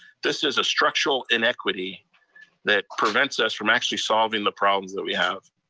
this is a structural inequity that prevents us from actually solving the problems that we have.